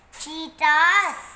cheetahs